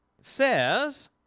says